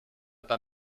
pas